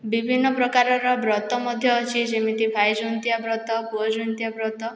ବିଭିନ୍ନପ୍ରକାରର ବ୍ରତ ମଧ୍ୟ ଅଛି ଯେମିତି ଭାଇଜନ୍ତିଆ ବ୍ରତ ପୁଅଜନ୍ତିଆ ବ୍ରତ